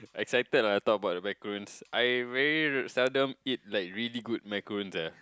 excited ah I talk about the macaroons I very seldom eat like really good macaroons eh